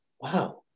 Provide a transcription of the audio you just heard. wow